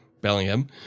Bellingham